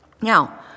Now